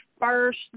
first